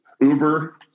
Uber